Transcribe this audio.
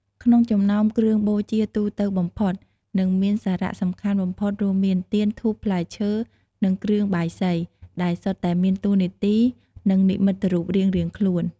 ក្នុងចំណោមគ្រឿងបូជាទូទៅបំផុត និងមានសារៈសំខាន់បំផុតរួមមាន ទៀន ធូប ផ្លែឈើ និងគ្រឿងបាយសី ដែលសុទ្ធតែមានតួនាទី និងនិមិត្តរូបរៀងៗខ្លួន។